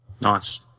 Nice